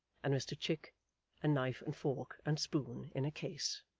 and mr chick a knife and fork and spoon in a case.